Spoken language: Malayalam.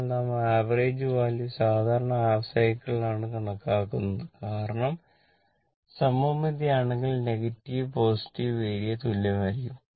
എന്നാൽ നാം ആവറേജ് വാല്യൂ സാധാരണ ഹാഫ് സൈക്കിളിൽ ആണ് കണക്കാക്കുന്നത് കാരണം ഇത് സമമിതി ആണെങ്കിൽ നെഗറ്റീവ് പോസിറ്റീവ് ഏരിയ തുല്യമായിരിക്കും